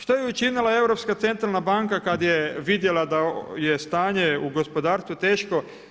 Što je učinila Europska centralna banka kad je vidjela da je stanje u gospodarstvu teško?